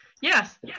Yes